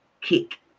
kick